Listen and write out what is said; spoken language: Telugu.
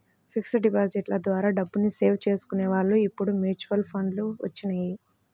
ఫిక్స్డ్ డిపాజిట్ల ద్వారా డబ్బుని సేవ్ చేసుకునే వాళ్ళు ఇప్పుడు మ్యూచువల్ ఫండ్లు వచ్చినియ్యి